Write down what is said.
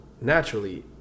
naturally